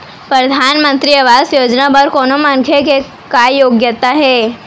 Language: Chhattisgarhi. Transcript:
परधानमंतरी आवास योजना बर कोनो मनखे के का योग्यता हे?